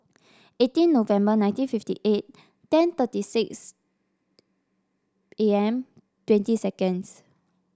eighteen November nineteen fifty eight ten thirty six A M twenty seconds